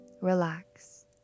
Relax